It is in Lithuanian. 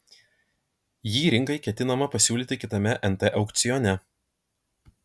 jį rinkai ketinama pasiūlyti kitame nt aukcione